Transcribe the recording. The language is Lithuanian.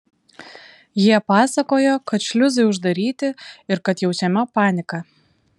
jie pasakojo kad šliuzai uždaryti ir kad jaučiama panika